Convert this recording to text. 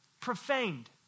Profaned